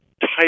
type